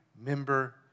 member